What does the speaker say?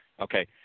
Okay